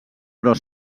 però